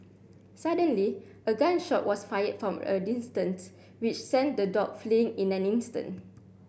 suddenly a gun shot was fired from a distance which sent the dog fleeing in an instant